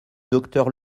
docteur